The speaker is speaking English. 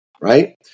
right